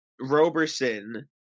Roberson